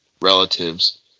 relatives